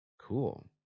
Cool